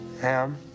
Ham